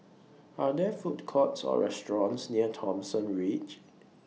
Are There Food Courts Or restaurants near Thomson Ridge